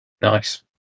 Nice